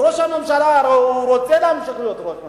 ראש הממשלה רוצה להמשיך להיות ראש ממשלה,